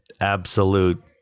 absolute